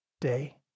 day